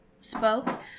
spoke